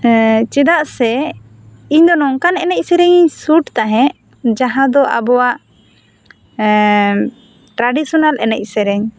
ᱪᱮᱫᱟᱜ ᱥᱮ ᱤᱧ ᱫᱚ ᱱᱚᱝᱠᱟᱱ ᱮᱱᱮᱜ ᱥᱮᱨᱮᱧ ᱤᱧ ᱥᱩᱴ ᱛᱟᱦᱮᱸᱜ ᱢᱟᱦᱟᱸ ᱫᱚ ᱟᱵᱚᱣᱟᱜ ᱴᱨᱟᱰᱤᱥᱚᱱᱟᱞ ᱮᱱᱮᱡ ᱥᱮᱨᱮᱧ